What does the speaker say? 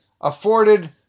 afforded